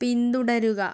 പിന്തുടരുക